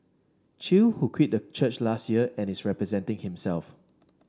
Chew who quit the church last year and is representing himself